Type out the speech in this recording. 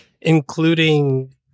Including